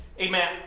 Amen